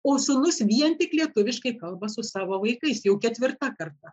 o sūnus vien tik lietuviškai kalba su savo vaikais jau ketvirta karta